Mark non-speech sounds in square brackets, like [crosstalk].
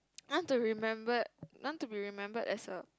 [noise] I want to remembered I want to be remembered as a